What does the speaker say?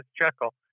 chuckle